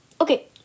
okay